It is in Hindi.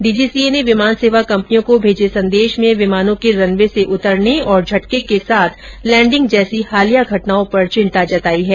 डीजीसीए ने विमान सेवा कंपनियों को भेजे संदेश में विमानों के रनवे से उतरने और झटके साथ लैंडिंग जैसी हालिया घटनाओं पर चिंता जतायी है